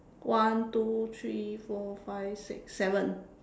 one two three four five six seven